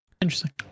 interesting